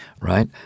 right